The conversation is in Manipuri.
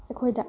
ꯑꯩꯈꯣꯏꯗ